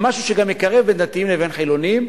למשהו שגם יקרב בין דתיים לבין חילונים,